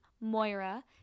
moira